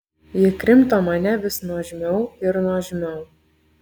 ji krimto mane vis nuožmiau ir nuožmiau